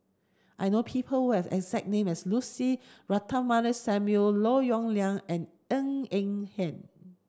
I know people who have exact name as Lucy Ratnammah Samuel Lim Yong Liang and Ng Eng Hen